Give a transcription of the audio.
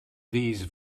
these